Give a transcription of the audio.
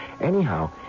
Anyhow